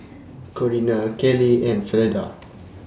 Corina Kayleigh and Fleda